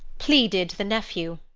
pleaded the nephew.